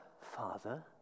Father